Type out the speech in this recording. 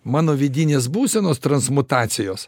mano vidinės būsenos transmutacijos